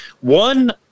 One